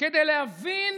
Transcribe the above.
כדי להבין